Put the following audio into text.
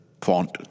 font